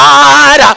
God